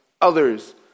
others